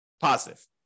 positive